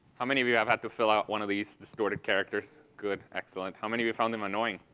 how many of you have had to fill out one of these distorted characters? good. excellent. how many of you found them annoying?